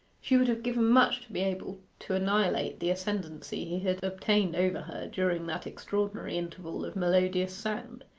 she would have given much to be able to annihilate the ascendency he had obtained over her during that extraordinary interval of melodious sound.